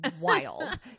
wild